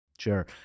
Sure